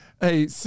Hey